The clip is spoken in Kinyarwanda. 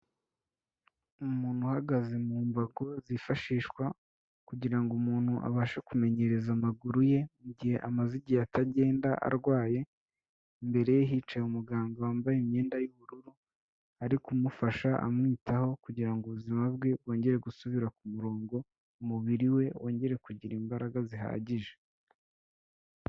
Umuntu uhagaze mu mbago zifashishwa kugira ngo umuntu abashe kumenyereza amaguruye mu gihe amaze igihe atagenda arwaye, imbereye hicaye umuganga wambaye imyenda y'ubururu, ari kumufasha amwitaho kugira ngo ubuzima bwe bwongere gusubira ku murongo, umubiri we wongere kugira imbaraga zihagije.